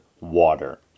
Water